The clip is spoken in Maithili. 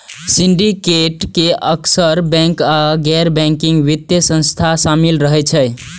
सिंडिकेट मे अक्सर बैंक आ गैर बैंकिंग वित्तीय संस्था शामिल रहै छै